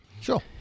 Sure